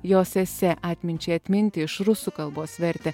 jos esė atminčiai atminti iš rusų kalbos vertė